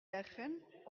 leggen